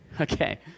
Okay